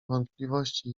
wątpliwości